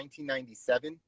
1997